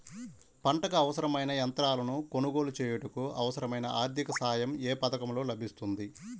పంటకు అవసరమైన యంత్రాలను కొనగోలు చేయుటకు, అవసరమైన ఆర్థిక సాయం యే పథకంలో లభిస్తుంది?